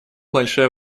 большое